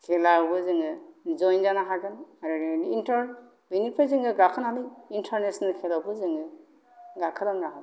खेलायावबो जोङो जइन जानो हागोन आरो इन्टार बेनिफ्राइ जोङो गाखोनानै इन्टारनेचनेल खेलायावबो जोङो गाखोलांनो हागोन